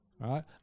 right